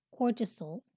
cortisol